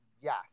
Yes